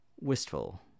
Wistful